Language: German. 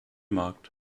markt